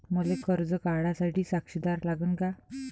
मले कर्ज काढा साठी साक्षीदार लागन का?